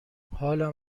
حالم